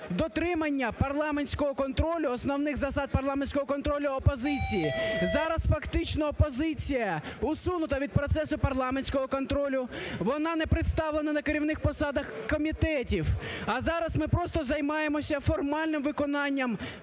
дотримання парламентського контролю, основних засад парламентського контролю опозиції. Зараз, фактично, опозиція усунута від процесу парламентського контролю, вона не представлена на керівних посадах комітетів. А зараз ми просто займаємося формальним виконанням